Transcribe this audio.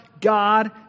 God